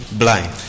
blind